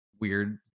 weird